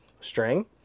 string